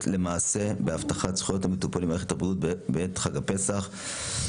למעשה בהבטחת זכויות המטופלים במערכת הבריאות בעת חג הפסח.